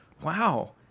wow